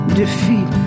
defeat